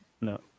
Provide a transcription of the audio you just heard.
No